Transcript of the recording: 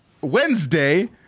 Wednesday